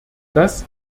das